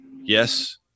yes